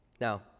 now